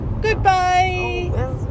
goodbye